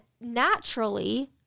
naturally